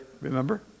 Remember